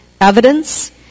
evidence